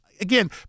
again